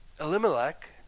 Elimelech